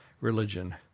religion